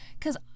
cause